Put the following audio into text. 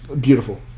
Beautiful